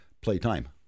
playtime